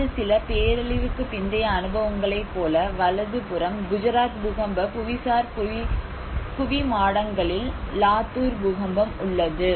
எனது சில பேரழிவுக்கு பிந்தைய அனுபவங்களைப் போல வலது புறம் குஜராத் பூகம்ப புவிசார் குவிமாடங்களில் லாத்தூர் பூகம்பம் உள்ளது